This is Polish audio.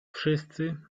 wszyscy